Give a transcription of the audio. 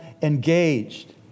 Engaged